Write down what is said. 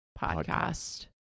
podcast